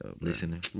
Listening